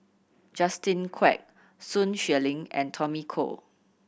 Justin Quek Sun Xueling and Tommy Koh